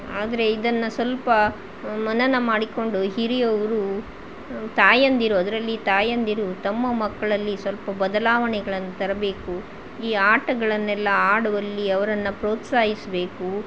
ಆದರೆ ಇದನ್ನು ಸಲ್ಪ ಮನನ ಮಾಡಿಕೊಂಡು ಹಿರಿಯವರು ತಾಯಂದಿರು ಅದರಲ್ಲಿ ತಾಯಂದಿರು ತಮ್ಮ ಮಕ್ಕಳಲ್ಲಿ ಸ್ವಲ್ಪ ಬದಲಾವಣೆಗಳನ್ನು ತರಬೇಕು ಈ ಆಟಗಳನ್ನೆಲ್ಲ ಆಡುವಲ್ಲಿ ಅವರನ್ನು ಪ್ರೋತ್ಸಾಹಿಸ್ಬೇಕು